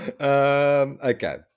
Okay